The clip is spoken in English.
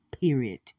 period